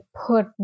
put